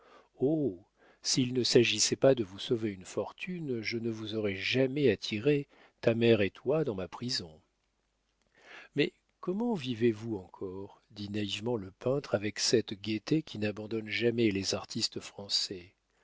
s'il ne s'agissait pas de vous sauver une fortune je ne vous aurais jamais attirés ta mère et toi dans ma prison mais comment vivez-vous encore dit naïvement le peintre avec cette gaieté qui n'abandonne jamais les artistes français